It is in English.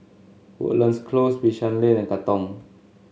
Woodlands Close Bishan Lane and Katong